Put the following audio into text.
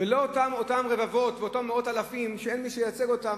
ולא את אותם רבבות ואותם מאות אלפים שאין מי שייצג אותם,